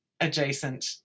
adjacent